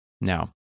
Now